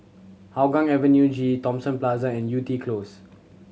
Hougang Avenue G Thomson Plaza and Yew Tee Close